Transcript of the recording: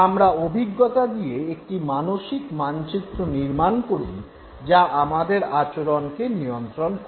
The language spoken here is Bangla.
আমরা অভিজ্ঞতা দিয়ে একটি মানসিক মানচিত্র নির্মাণ করি যা আমাদের আচরণকে নিয়ন্ত্রণ করে